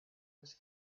was